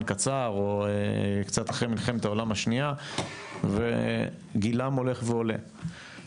קצר או קצת אחרי מלחמת העולם השנייה וגילם הולך ועולה.